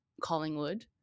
Collingwood